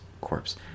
corpse